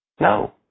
No